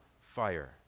fire